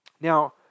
Now